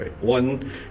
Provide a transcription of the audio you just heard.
One